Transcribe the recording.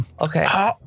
okay